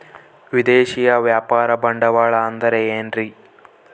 ವಿದೇಶಿಯ ವ್ಯಾಪಾರ ಬಂಡವಾಳ ಅಂದರೆ ಏನ್ರಿ?